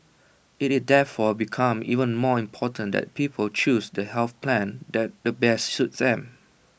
IT therefore becomes even more important that people choose the health plan that the best suits them